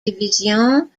division